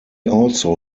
also